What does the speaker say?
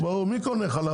ברור, מי קונה חלב?